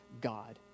God